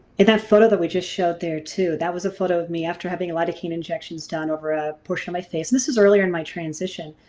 in that photo that we just showed there too, that was a photo of me after having lidocane injections done over a portion of my face. this is earlier in my transition,